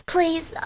Please